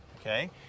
Okay